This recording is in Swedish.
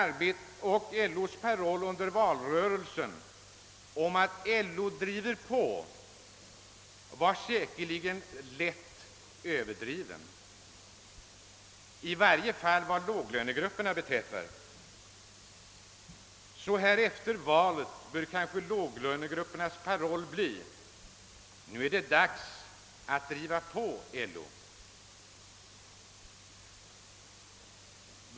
LO:s paroll under valrörelsen, att LO driver på, var säkerligen lätt överdriven, i varje fall vad låglönegrupperna beträffar. Så här efter valet bör kanske låglönegruppernas paroll bli: Nu är det dags att driva på LO.